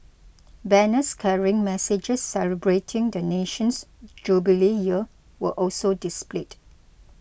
banners carrying messages celebrating the nation's jubilee year were also displayed